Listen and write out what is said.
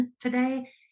today